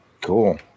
Cool